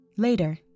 Later